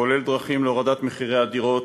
כולל דרכים להורדת מחירי הדירות